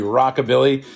rockabilly